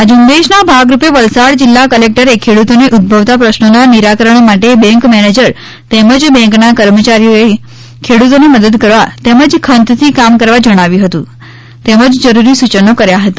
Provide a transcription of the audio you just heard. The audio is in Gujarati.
આ ઝુંબેશના ભાગરૂપે વલસાડ જીલ્લા કલેકટરે ખેડૂતોને ઉદ્દભવતા પ્રશ્નોના નિરાકરણ માટે બેન્ક મેનેજર તેમજ બેન્કના કર્મચારીઓને ખેડૂતોની મદદ કરવા તેમજ ખંતથી કામ કરવા જણાવ્યું હતું તેમજ જરૂરી સૂચનો કર્યા હતા